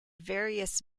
various